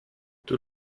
tout